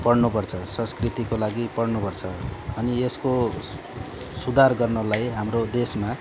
पढ्नुपर्छ संस्कृतिको लागि पढ्नुपर्छ अनि यसको सुधार गर्नलाई हाम्रो देशमा